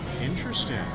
Interesting